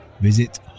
Visit